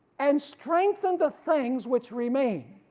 and strengthen the things which remain,